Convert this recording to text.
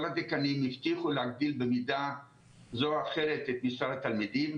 כל הדיקנים הבטיחו להגדיל במידה זו או אחרת את מספר התלמידים.